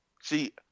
See